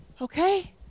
okay